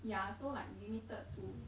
ya so like limited to